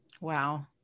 Wow